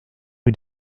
rue